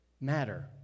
matter